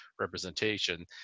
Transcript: representation